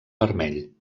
vermell